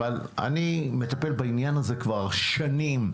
אבל מטפל בעניין הזה כבר שנים,